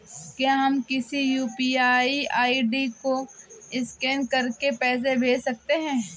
क्या हम किसी यू.पी.आई आई.डी को स्कैन करके पैसे भेज सकते हैं?